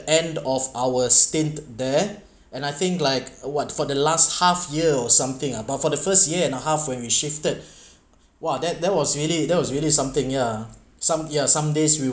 end of our stint there and I think like what for the last half year or something but for the first year and a half when we shifted !wah! that that was really that was really something ya some ya some days we